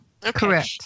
correct